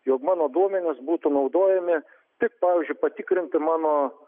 jog mano duomenys būtų naudojami tik pavyzdžiui patikrinti mano